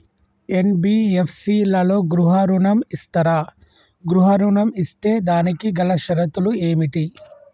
NBFC లలో గృహ ఋణం ఇస్తరా? గృహ ఋణం ఇస్తే దానికి గల షరతులు ఏమిటి?